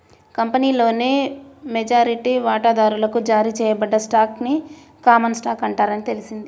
కంపెనీలోని మెజారిటీ వాటాదారులకు జారీ చేయబడిన స్టాక్ ని కామన్ స్టాక్ అంటారని తెలిసింది